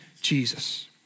Jesus